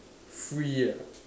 free ah